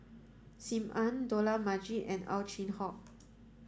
Sim Ann Dollah Majid and Ow Chin Hock